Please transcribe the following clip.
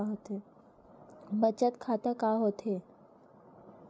बचत खाता का होथे?